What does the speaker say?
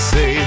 say